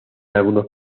algunos